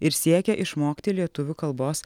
ir siekia išmokti lietuvių kalbos